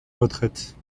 retraite